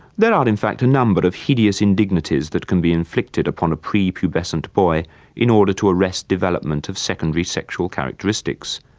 are in fact a number of hideous indignities that can be inflicted upon a prepubescent boy in order to arrest development of secondary sexual characteristics,